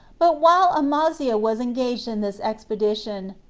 but while amaziah was engaged in this expedition,